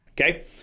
Okay